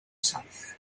saith